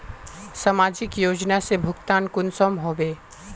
समाजिक योजना से भुगतान कुंसम होबे?